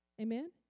Amen